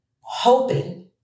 hoping